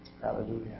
Hallelujah